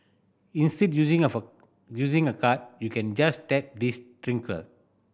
instead using of a using a card you can just tap this trinket